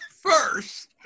First